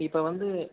இப்போ வந்து